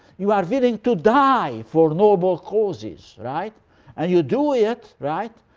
you are wiling to die for noble causes right and you do it right